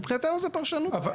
מבחינתנו זה פרשנות --- אבל